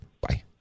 Bye